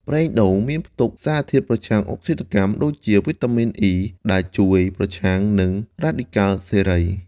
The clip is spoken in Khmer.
ប្រេងដូងមានផ្ទុក សារធាតុប្រឆាំងអុកស៊ីតកម្ម ដូចជា វីតាមីន អុី (E) ដែលជួយប្រឆាំងនឹងរ៉ាឌីកាល់សេរី។